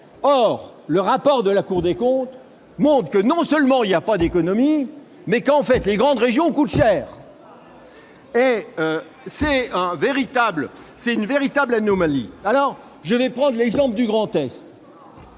Or le rapport de la Cour des comptes montre que non seulement il n'y a pas d'économies, mais qu'en fait les grandes régions coûtent cher ! Bien sûr ! C'est une véritable aberration ! Je prendrai l'exemple du Grand Est,